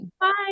Bye